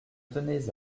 tenais